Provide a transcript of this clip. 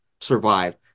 survive